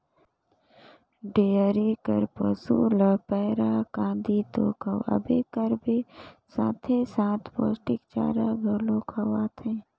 dairy कर पसू ल पैरा, कांदी तो खवाबे करबे साथे साथ पोस्टिक चारा घलो खवाथे